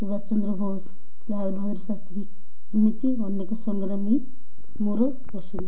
ସୁବାଷ ଚନ୍ଦ୍ର ବୋଷ ଲାଲବାହାଦୁର ଶାସ୍ତ୍ରୀ ଏମିତି ଅନେକ ସଂଗ୍ରାମୀ ମୋର ପସନ୍ଦ